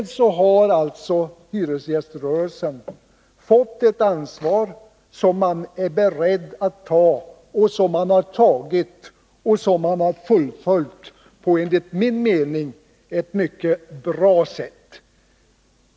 Därmed har alltså hyresgäströrelsen fått ett ansvar som den varit beredd att ta och som den fullföljt på ett enligt min mening mycket bra sätt.